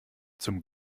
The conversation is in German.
zum